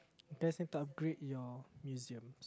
just need to upgrade your museum